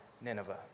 Nineveh